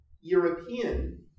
European